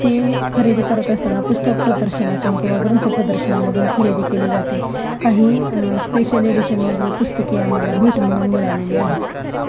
ते खरेदी करत असताना पुस्तक प्रदर्शनातून किंवा ग्रंथ प्रदर्शनामधून खरेदी केली जाते काही स्पेशल एडिशनमधले पुस्तके आम्हाला भेट म्हणून मिळालेली आहेत